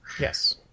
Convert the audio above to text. Yes